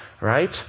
right